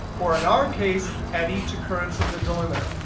or in our case, at each occurrence of the delimiter.